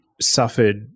suffered